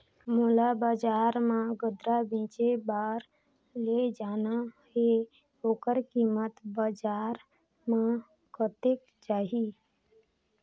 मोला बजार मां गन्ना बेचे बार ले जाना हे ओकर कीमत बजार मां कतेक जाही?